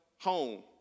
home